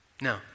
No